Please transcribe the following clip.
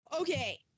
Okay